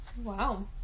Wow